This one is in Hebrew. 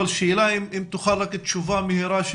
אבל אם תוכל תשובה מהירה,